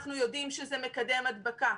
אנחנו יודעים שזה מקדם הדבקה.